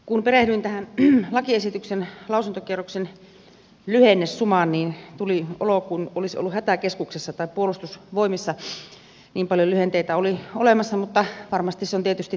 kun perehdyin tähän lakiesityksen lausuntokierroksen lyhennesumaan tuli olo kuin olisi ollut hätäkeskuksessa tai puolustusvoimissa niin paljon lyhenteitä oli olemassa mutta varmasti se on tietysti tätä päivää